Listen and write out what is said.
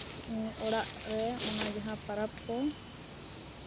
ᱚᱲᱟᱜ ᱨᱮ ᱚᱱᱟ ᱡᱟᱦᱟᱸ ᱯᱚᱨᱚᱵᱽ ᱠᱚ